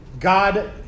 God